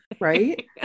Right